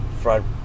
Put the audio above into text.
front